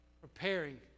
Preparing